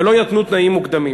ולא יתנו תנאים מוקדמים